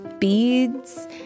beads